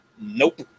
nope